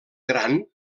gran